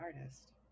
artist